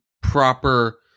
proper